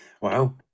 wow